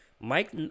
Mike